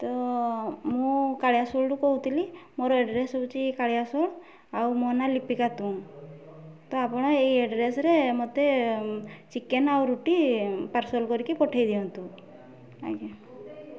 ତ ମୁଁ କାଳିଆଶୋଳରୁ କହୁଥିଲି ମୋର ଏଡ଼୍ରେସ୍ ହେଉଛି କାଳିଆଶୋଳ ଆଉ ମୋ ନାଁ ଲିପିକା ତୁଙ୍ଗ ତ ଆପଣ ଏଇ ଏଡ଼୍ରେସ୍ରେ ମୋତେ ଚିକେନ୍ ଆଉ ରୁଟି ପାର୍ସଲ୍ କରିକି ପଠେଇ ଦିଅନ୍ତୁ ଆଜ୍ଞା